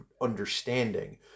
understanding